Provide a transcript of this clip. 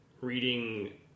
reading